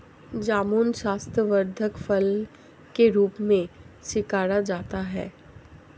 जामुन स्वास्थ्यवर्धक फल के रूप में स्वीकारा जाता है